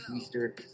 Easter